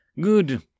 Good